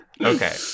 Okay